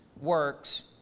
works